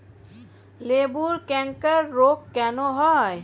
লেবুর ক্যাংকার রোগ কেন হয়?